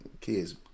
kids